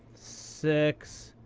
six,